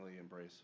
embrace